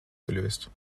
gelöst